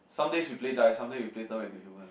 some days we play die some days we play turn into human